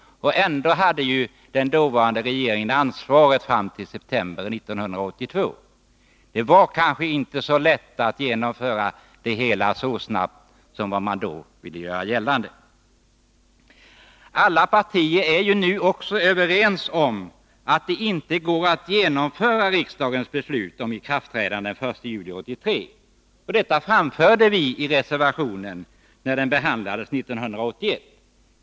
Ändå hade den dåvarande regeringen ansvaret fram till september 1982. Det var kanske inte så lätt att genomföra beslutet så snabbt som man då ville göra gällande. Alla partier är nu överens om att det inte går att genomföra riksdagens beslut om ikraftträdande den 1 juli 1983. Detta framhöll vi i en reservation, när propositionen behandlades 1981.